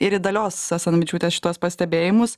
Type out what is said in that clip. ir į dalios asanavičiūtės šituos pastebėjimus